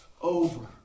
over